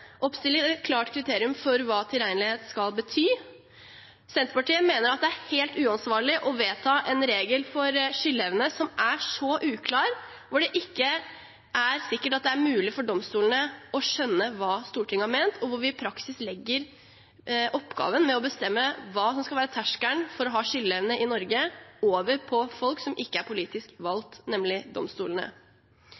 oppstiller et klart kriterium for hva tilregnelighet skal bety. Senterpartiet mener at det er helt uansvarlig å vedta en regel for skyldevne som er så uklar, hvor det ikke er sikkert at det er mulig for domstolene å skjønne hva Stortinget har ment, og hvor vi i praksis legger oppgaven med å bestemme hva som skal være terskelen for ha skyldevne i Norge, over på folk som ikke er politisk